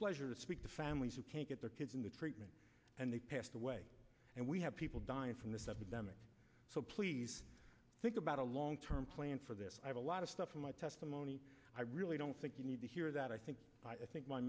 pleasure to speak to families who can't get their kids into treatment and they passed away and we have people dying from this epidemic so please think about a long term plan for this i have a lot of stuff in my testimony i really don't think you need to hear that i think i think my